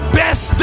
best